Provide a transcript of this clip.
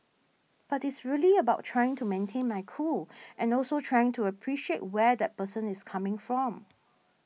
but it's really about trying to maintain my cool and also trying to appreciate where that person is coming from